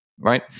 Right